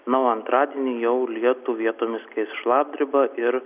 na o antradienį jau lietų vietomis keis šlapdriba ir